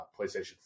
PlayStation